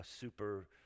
super